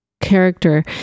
character